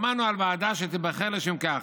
שמענו על ועדה שתיבחר לשם כך.